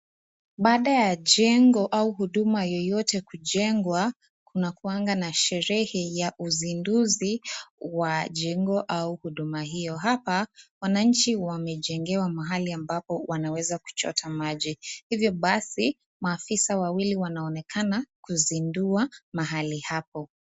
Baada ya jengo au huduma yeyote kujengwa kuna kuwanga na sherehe ya uzinduzi wa jengo au huduma hiyo . Hapa wananchi wamejengewa mahali ambapo wanaweza kuchota maji hivyo basi maafisa wawili wanaonekana kuzindua mahali hapo.